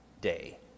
day